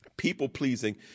People-pleasing